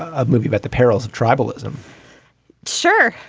a movie about the perils of tribalism sure.